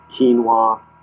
quinoa